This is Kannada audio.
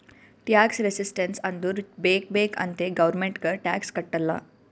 ಟ್ಯಾಕ್ಸ್ ರೆಸಿಸ್ಟೆನ್ಸ್ ಅಂದುರ್ ಬೇಕ್ ಬೇಕ್ ಅಂತೆ ಗೌರ್ಮೆಂಟ್ಗ್ ಟ್ಯಾಕ್ಸ್ ಕಟ್ಟಲ್ಲ